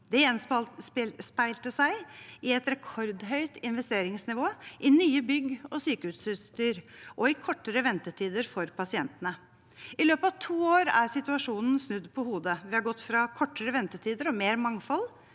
Det gjenspeilte seg i et rekordhøyt investeringsnivå, i nye bygg og sykehusutstyr og i kortere ventetider for pasientene. I løpet av to år er situasjonen snudd på hodet. Vi har gått fra kortere ventetider og mer mangfold